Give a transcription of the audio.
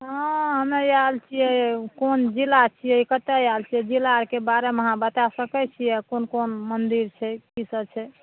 हूँ हमे आएल छियै ओ कोन जिला छियै कतऽ आएल छियै जिलाके बारेमे अहाँ बताए सकै छियै आ कोन कोन मन्दिर छै की सब छै